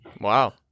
Wow